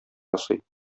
ясый